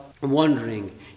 wondering